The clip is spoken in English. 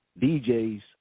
DJ's